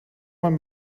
man